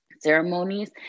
ceremonies